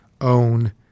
own